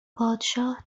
پادشاه